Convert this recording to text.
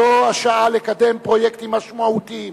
זו השעה לקדם פרויקטים משמעותיים,